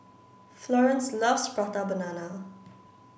Florence loves Prata Banana